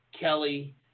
Kelly